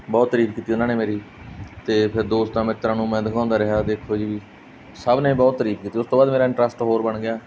ਬਹੁਤ ਤਾਰੀਫ਼ ਕੀਤੀ ਉਹਨਾਂ ਨੇ ਮੇਰੀ ਅਤੇ ਫਿਰ ਦੋਸਤਾਂ ਮਿੱਤਰਾਂ ਨੂੰ ਮੈਂ ਦਿਖਾਉਂਦਾ ਰਿਹਾ ਦੇਖੋ ਜੀ ਸਭ ਨੇ ਬਹੁਤ ਤਾਰੀਫ਼ ਕੀਤੀ ਉਸ ਤੋਂ ਬਾਅਦ ਮੇਰਾ ਇੰਟਰਸਟ ਹੋਰ ਬਣ ਗਿਆ